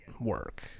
work